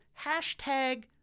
hashtag